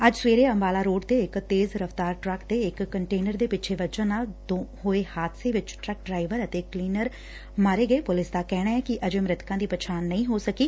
ਅੱਜ ਸਵੇਰੇ ਅੰਬਾਲਾ ਰੋਡ ਤੇ ਇਕ ਤੇਜ਼ ਰਫ਼ਤਾਰ ਟਰੱਕ ਦੇ ਇਕ ਕੰਟੇਨਰ ਦੇ ਪਿੱਛੇ ਵੱਜਣ ਕਾਰਨ ਹੋਏ ਹਾਦਸੇ ਚ ਟਰੱਕ ਡਰਾਇਵਰ ਅਤੇ ਕਲੀਨਰ ਮਾਰੇ ਗਏ ਪੁਲਿਸ ਦਾ ਕਹਿਣੈ ਏ ਕਿ ਅਜੇ ਮੁਤਕਾਂ ਦੀ ਪਛਾਣ ਨਹੀਂ ਹੋ ਸਕੀ